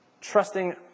trusting